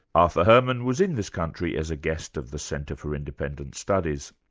arthur herman was in this country as a guest of the centre for independent studies.